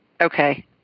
Okay